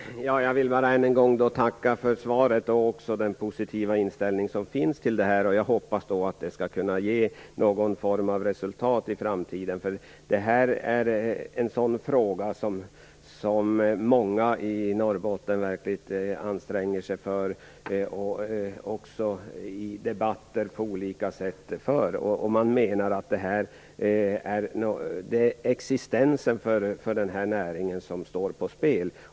Herr talman! Jag vill än en gång tacka för svaret och för den positiva inställning som finns till detta. Jag hoppas att det skall kunna ge någon form av resultat i framtiden. Detta är en fråga som många i Norrbotten anstränger sig för i debatter på olika sätt. Man menar att existensen för den här näringen står på spel.